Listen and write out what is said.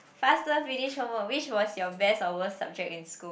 faster finish homework which was your best or worst subject in school